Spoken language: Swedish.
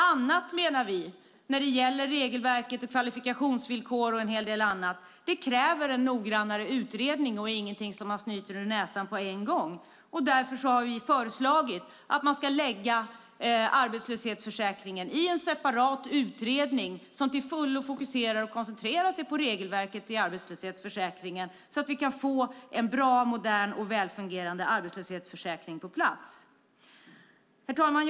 Annat, såsom regelverket, kvalifikationsvillkoren och en hel del annat, kräver en noggrannare utredning och är ingenting som man snyter ur näsan på en gång. Vi har föreslagit att arbetslöshetsförsäkringen ska läggas i en separat utredning som till fullo fokuserar och koncentrerar sig på regelverket i arbetslöshetsförsäkringen så att vi kan få en bra, modern och väl fungerande arbetslöshetsförsäkring på plats. Herr talman!